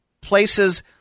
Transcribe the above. places